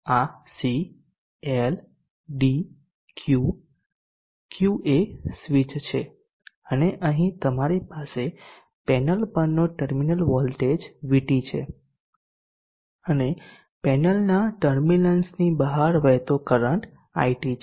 આ C L D Q Qએ switch છે અને અહીં તમારી પાસે પેનલન પરનો ટર્મિનલ વોલ્ટેજ VT છે અને પેનલના ટર્મિનલ્સની બહાર વહેતો કરંટ IT છે